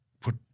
put